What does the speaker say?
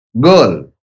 Girl